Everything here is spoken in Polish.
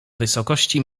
wysokości